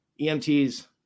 EMTs